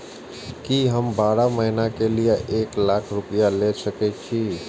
की हम बारह महीना के लिए एक लाख रूपया ले सके छी?